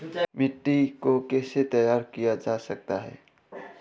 मिट्टी को कैसे तैयार किया जाता है?